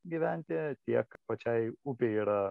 gyventi tiek pačiai upei yra